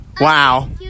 Wow